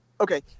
Okay